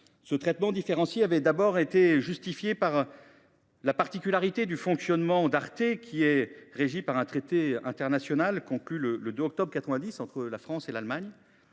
Ce traitement différencié s’expliquait par la particularité du fonctionnement de cette chaîne, qui est régie par un traité international conclu le 2 octobre 1990 entre la France et l’Allemagne.